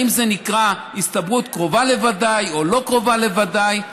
האם זה נקרא הסתברות קרובה לוודאי או לא קרובה לוודאי.